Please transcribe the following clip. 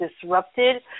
disrupted